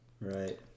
Right